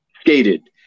skated